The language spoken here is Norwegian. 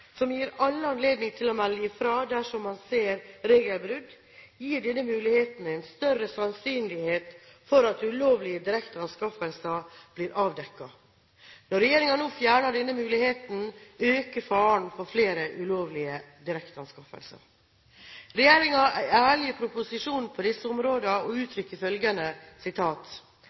som gir alle anledning til å melde ifra dersom man ser regelbrudd, gir denne muligheten en større sannsynlighet for at ulovlige direkteanskaffelser blir avdekket. Når regjeringen nå fjerner denne muligheten, øker faren for flere ulovlige direkteanskaffelser. Regjeringen er ærlig i proposisjonen på disse områdene og uttrykker følgende: